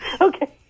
Okay